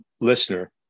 listener